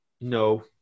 no